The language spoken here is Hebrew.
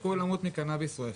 הסיכוי למות מקנביס הוא אפס.